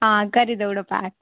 हां करी देई ओड़ो पैक